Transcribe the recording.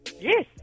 Yes